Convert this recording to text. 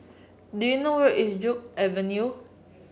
do you know where is Joo Avenue